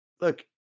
look